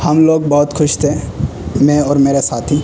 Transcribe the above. ہم لوگ بہت خوش تھے میں اور میرا ساتھی